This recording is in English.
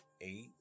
eight